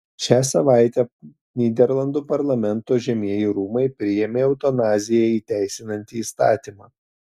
šią savaitę nyderlandų parlamento žemieji rūmai priėmė eutanaziją įteisinantį įstatymą